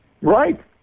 Right